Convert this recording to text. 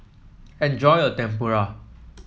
enjoy your Tempura